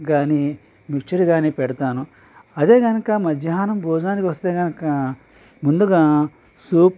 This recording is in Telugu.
కానీ మిక్షర్ కానీ పెడతాను అదే కనుక మధ్యాహ్నం భోజనానికి వస్తే కనుక ముందుగా సూప్